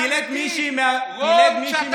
אם תלד מישהי מהאופוזיציה,